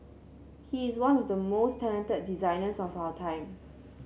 he is one of the most talented designers of our time